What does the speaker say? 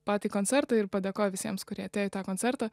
patį koncertą ir padėkojo visiems kurie atėjo į tą koncertą